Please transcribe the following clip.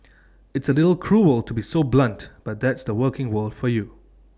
it's A little cruel to be so blunt but that's the working world for you